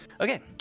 Okay